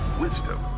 wisdom